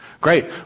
Great